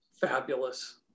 Fabulous